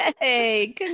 hey